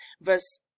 verse